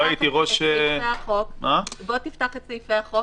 לא הייתי ראש --- אז בוא תפתח את סעיפי החוק